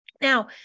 Now